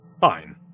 Fine